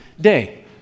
day